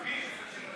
כספים.